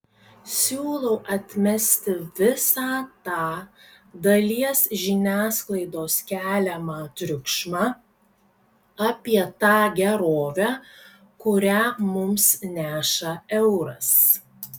siūlau atmesti visą tą dalies žiniasklaidos keliamą triukšmą apie tą gerovę kurią mums neša euras